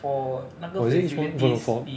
oh is it each module no no for